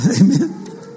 Amen